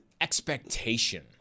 expectation